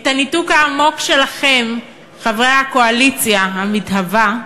את הניתוק העמוק שלכם, חברי הקואליציה המתהווה,